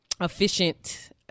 efficient